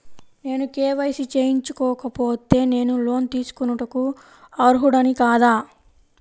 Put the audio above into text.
నేను కే.వై.సి చేయించుకోకపోతే నేను లోన్ తీసుకొనుటకు అర్హుడని కాదా?